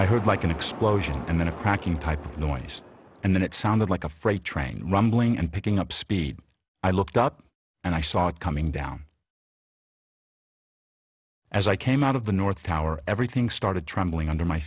i heard like an explosion and then a cracking type of noise and then it sounded like a freight train rumbling and picking up speed i looked up and i saw it coming down as i came out of the north tower everything started trembling under my